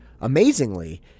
amazingly